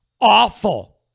Awful